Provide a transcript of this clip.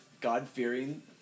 god-fearing